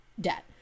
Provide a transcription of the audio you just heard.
debt